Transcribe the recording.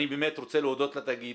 אני באמת רוצה להודות לתאגיד,